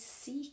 seek